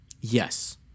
Yes